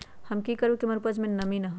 हम की करू की हमर उपज में नमी न होए?